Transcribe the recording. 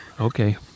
okay